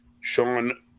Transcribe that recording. Sean